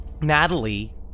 Natalie